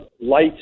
light